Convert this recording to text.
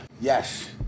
yes